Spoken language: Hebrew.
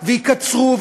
ויקצרו,